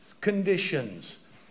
conditions